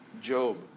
Job